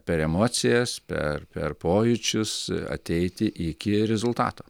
per emocijas per per pojūčius ateiti iki rezultato